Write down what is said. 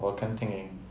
我肯定赢